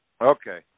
Okay